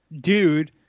dude